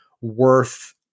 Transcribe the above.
worth